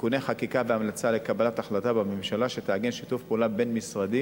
תיקוני חקיקה והמלצה לקבלת החלטת ממשלה שתעגן שיתוף פעולה בין-משרדי